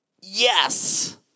Yes